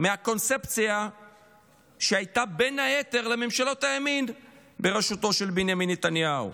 מהקונספציה שהייתה בין היתר לממשלות הימין בראשותו של בנימין נתניהו.